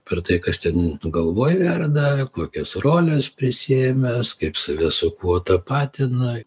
per tai kas ten galvoj verda kokias roles prisiėmęs kaip save su kuo tapatina